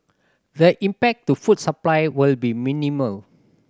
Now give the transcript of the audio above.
the impact to food supply will be minimal